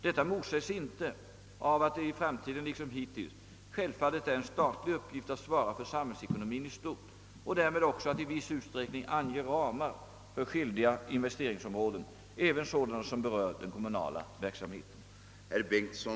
Detta motsägs inte av att det i framtiden liksom hittills självfallet är en statlig uppgift att svara för samhällsekonomien i stort och därmed också att i viss utsträckning ange ramar för skilda investeringsområden, även sådana som berör den kommunala verksamheten.